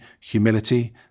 humility